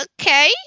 Okay